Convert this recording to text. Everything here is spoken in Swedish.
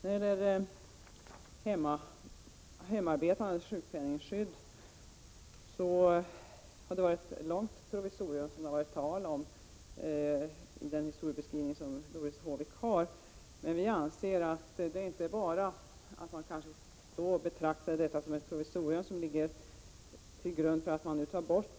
När det gäller hemarbetandes sjukpenningskydd talar Doris Håvik i sin historieskrivning om ett långvarigt provisorium. Centerpartiet anser inte att bara det faktum att skyddet betraktas som ett provisorium kan ligga till grund för att det skall tas bort.